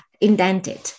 indented